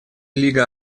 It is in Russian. лига